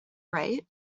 right